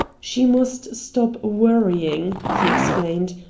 she must stop worrying, he exclaimed,